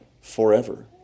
forever